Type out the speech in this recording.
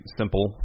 simple